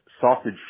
Sausage